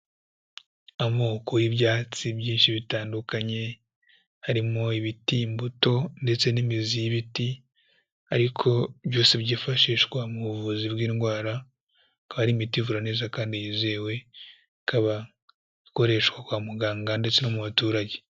Amoko y'ibyatsi byinshi bitandukanye, harimo ibiti, imbuto ndetse n'imizi y'ibiti ariko byose byifashishwa mu buvuzi bw'indwara, akaba ari imiti ivura neza kandi yizewe, ikaba ikoreshwa kwa muganga ndetse no mu baturage.